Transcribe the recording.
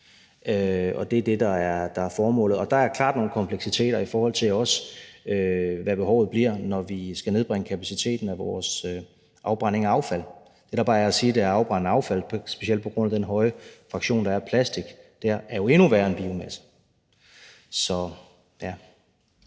Og det er det, der er formålet. Og der er klart nogle kompleksiteter, også i forhold til hvad behovet bliver, når vi skal nedbringe kapaciteten af vores afbrænding af affald. Det, der bare er at sige, er, at det at afbrænde affald, specielt på grund af den høje fraktion, der er af plastic, jo er endnu værre end i forhold til